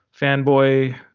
fanboy